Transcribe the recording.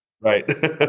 Right